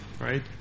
right